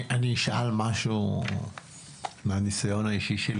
אשאל משהו מניסיוני האישי,